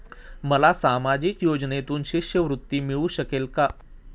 मला सामाजिक योजनेतून शिष्यवृत्ती मिळू शकेल का?